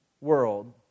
world